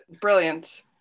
brilliant